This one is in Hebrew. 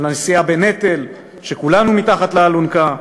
של הנשיאה בנטל, שכולנו מתחת לאלונקה,